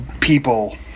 people